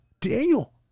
Daniel